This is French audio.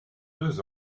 deux